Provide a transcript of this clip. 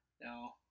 No